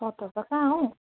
सत्तरी त कहाँ हौ